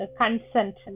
consent